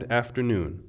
afternoon